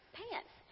pants